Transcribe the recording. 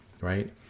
right